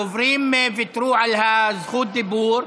הדוברים ויתרו על זכות הדיבור.